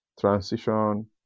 transition